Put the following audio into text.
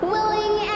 Willing